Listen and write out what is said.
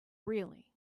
really